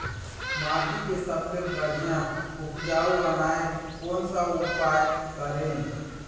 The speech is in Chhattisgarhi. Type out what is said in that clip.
माटी के सबसे बढ़िया उपजाऊ बनाए कोन सा उपाय करें?